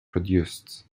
produced